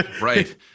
right